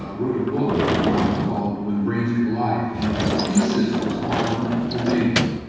ah wrote a book ah called when brains collide. and his thesis was on omega's.